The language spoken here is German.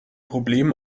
problem